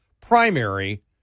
primary